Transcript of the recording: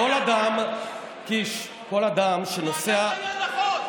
קיש, כל אדם שנוסע,